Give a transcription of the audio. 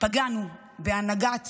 פגענו בהנהגת